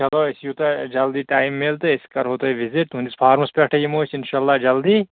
چلو أسۍ یوٗتاہ جلدی ٹایِم میلہِ تہٕ أسۍ کَرہو تۄہہِ وِزِٹ تُہٕنٛدِس فارمَس پٮ۪ٹھٕے یِمو أسۍ اِنشاء اللہ جلدی